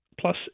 plus